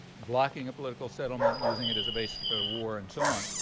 blocking a political settlement, using it as a basis to go to war, and so on,